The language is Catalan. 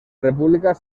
república